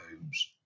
homes